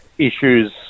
issues